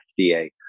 FDA